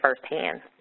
firsthand